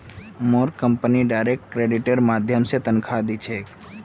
मोर company direct क्रेडिटेर माध्यम स तनख़ा दी छेक